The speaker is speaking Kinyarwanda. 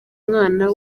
umwana